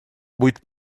будет